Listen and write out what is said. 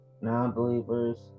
non-believers